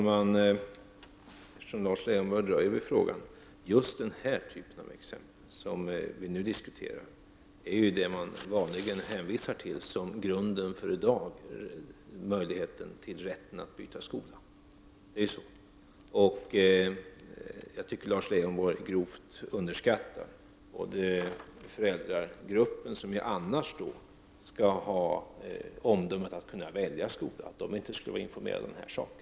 Herr talman! Just den här typen av exempel som vi nu diskuterar är vad man vanligen hänvisar till när det gäller att byta skola. Jag tycker att Lars Leijonborg grovt underskattar föräldrarna, som ni ju annars anser skall ha rätten att välja skola för sina barn, när han hävdar att dessa föräldrar inte skulle kunna bli tillräckligt informerade.